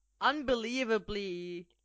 unbelievably